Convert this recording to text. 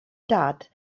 dad